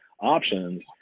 options